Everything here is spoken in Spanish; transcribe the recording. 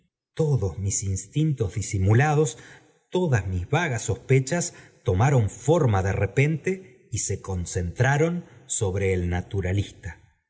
todos mis instintos disimulados todas mis vagas sospechas tomaron forma de repente y se concentraron sobre el naturalista